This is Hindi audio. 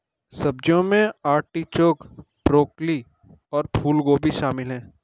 सब्जियों में आर्टिचोक, ब्रोकोली और फूलगोभी शामिल है